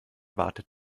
wartet